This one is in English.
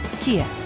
Kia